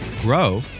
grow